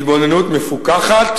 התבוננות מפוכחת